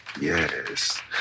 yes